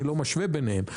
אני לא משווה ביניהם,